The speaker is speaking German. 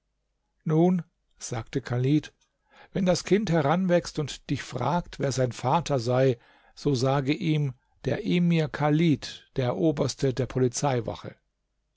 nun sagte chalid wenn das kind heranwächst und dich fragt wer sein vater sei so sage ihm der emir chalid der oberste der polizeiwache